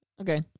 Okay